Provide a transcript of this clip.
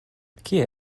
kie